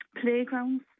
playgrounds